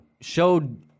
showed